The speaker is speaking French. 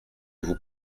vous